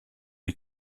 die